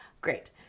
great